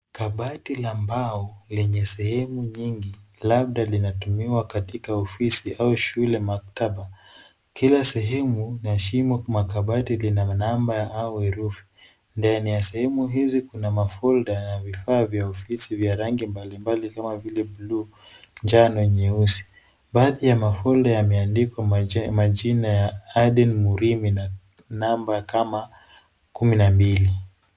Kabati la mbao, lenye sehemu nyingi, labda linatumiwa katika ofisi au shule maktaba, kila sehemu ina shimo makabati lina namba au herufi, ndani ya sehemu hizi kuna mafolda na vifaa vya ofisi vya rangi mbali mbali kama vile blue , njano nyeusi, baadhi ya mafolda yameandikwa , majina ya Aden Murithi na namba kama, kumi na mbili.